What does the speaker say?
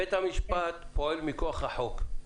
בית המשפט פועל מכוח החוק.